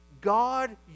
God